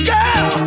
Girl